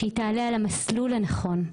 שהיא תעלה על המסלול הנכון.